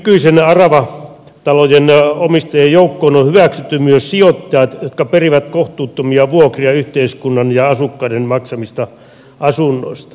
nykyisin aravatalojen omistajien joukkoon on hyväksytty myös sijoittajat jotka perivät kohtuuttomia vuokria yhteiskunnan ja asukkaiden maksamista asunnoista